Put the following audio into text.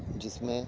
جس میں